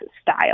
style